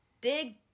dig